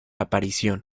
aparición